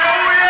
שהוא יהיה ראש